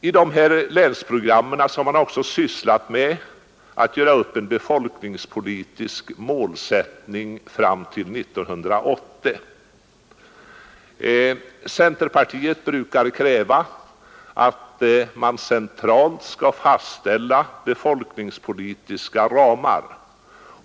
I dessa länsprogram har man också sysslat med att göra upp en befolkningspolitisk målsättning fram till 1980. Centerpartiet brukar kräva, att man centralt skall fastställa befolkningspolitiska ramar.